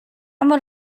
mor